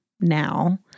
now